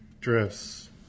dress